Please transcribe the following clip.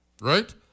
right